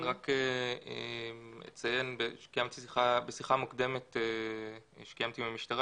רק אציין שבשיחה מוקדמת שקיימתי עם המשטרה